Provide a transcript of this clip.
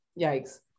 Yikes